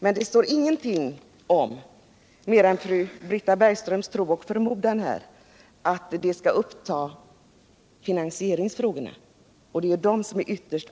Men när det gäller finansieringsfrågorna finns det ingenting annat än Britta Bergströms tro och förmodan, trots att det ju är dessa frågor som är ytterst